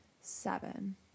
Seven